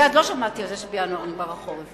אני עוד לא שמעתי על זה שבינואר נגמר החורף.